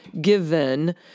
given